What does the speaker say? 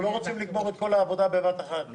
אנחנו לא רוצים לגמור את כל העבודה בבת אחת.